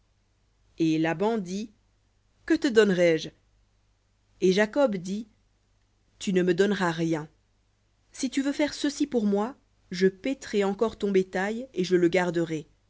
et dit que te donnerai-je et jacob dit tu ne me donneras rien si tu veux faire ceci pour moi je paîtrai encore ton bétail je le garderai